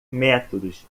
métodos